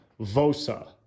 Vosa